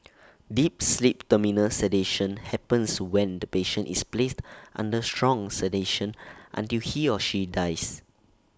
deep sleep terminal sedation happens when the patient is placed under strong sedation until he or she dies